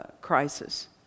crisis